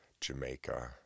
Jamaica